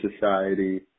society